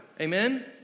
Amen